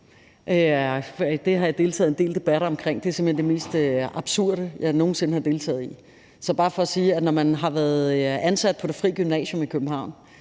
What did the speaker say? Det har jeg deltaget i en del debatter om. Det er simpelt hen det mest absurde, jeg nogen sinde har deltaget i. Så det er bare for at sige, at når man har været ansat på Det frie Gymnasium i København,